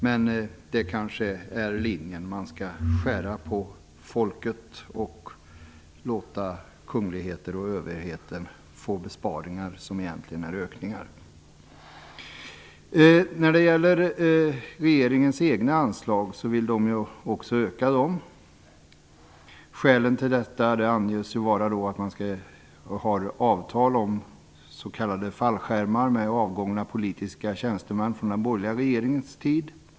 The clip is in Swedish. Men det kanske är linjen. Man skall skära på folket och låta kungligheter och överheten få besparingar som egentligen är ökningar. Regeringen vill också öka sina egna anslag. Skälen till detta anges vara att man har avtal om s.k. fallskärmar med avgångna politiska tjänstemän från den borgerliga regeringens tid.